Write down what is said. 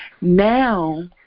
Now